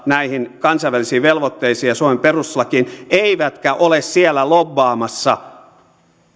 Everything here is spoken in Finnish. näihin kansainvälisiin velvoitteisiin ja suomen perustuslakiin eivätkä ole siellä lobbaamassa